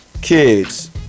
kids